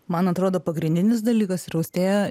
man atrodo pagrindinis dalykas ir austėja